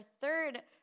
third